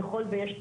ככל ויש צרכים.